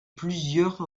plusieurs